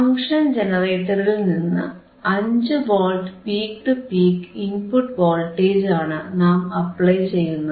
function ജനറേറ്ററിൽനിന്ന് 5 volts peak to peak input വോൾട്ടേജാണ് നാം അപ്ലൈ ചെയ്യുന്നത്